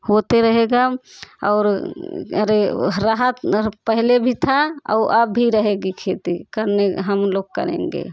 होते रहेगा और अरे राहत पहले भी था और अब भी रहेगी खेती करने हम लोग करेंगे